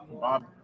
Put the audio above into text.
bob